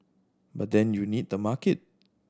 but then you need the market